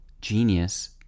genius